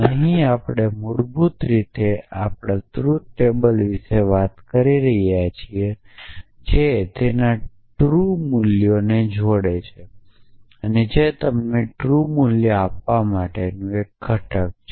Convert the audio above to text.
અહી આપણે મૂળભૂત રીતે આપણે ટ્રૂથટેબલ વિશે વાત કરી રહ્યા છીએ તે તેના ટ્રૂ મૂલ્યોને જોડે છે તે તમને ટ્રૂ મૂલ્ય આપવા માટેનું એક ઘટક છે